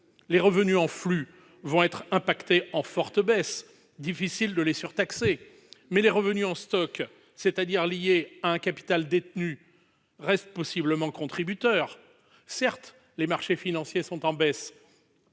Les revenus en flux seront affectés, en forte baisse. Il sera donc difficile de les surtaxer. Mais les revenus en stock, c'est-à-dire liés à un capital détenu, restent possiblement contributeurs. Certes, les marchés financiers sont en baisse,